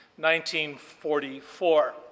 1944